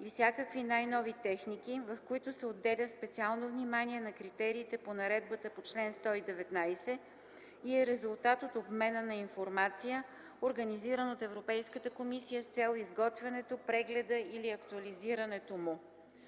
и всякакви най-нови техники, в който се отделя специално внимание на критериите по наредбата по чл. 119 и е резултат от обмена на информация, организиран от Европейската комисия, с цел изготвянето, прегледа или актуализирането му.